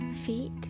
feet